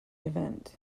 event